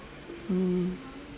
um